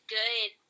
good